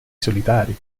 solitari